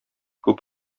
күп